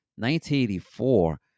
1984